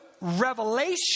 revelation